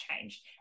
change